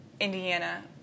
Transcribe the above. Indiana